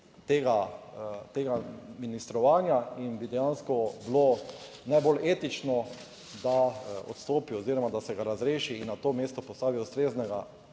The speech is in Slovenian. tega ministrovanja in bi dejansko bilo najbolj etično, da odstopi oziroma da se ga razreši in na to mesto postavi ustreznega,